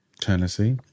Tennessee